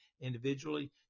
individually